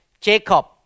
Jacob